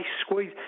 squeeze